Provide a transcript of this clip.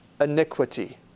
Iniquity